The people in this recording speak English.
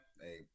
Hey